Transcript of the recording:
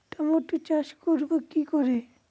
Tomato চাষ করব কি করে?